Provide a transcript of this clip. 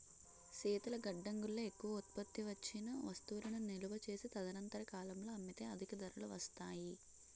శీతల గడ్డంగుల్లో ఎక్కువ ఉత్పత్తి వచ్చిన వస్తువులు నిలువ చేసి తదనంతర కాలంలో అమ్మితే అధిక ధరలు వస్తాయి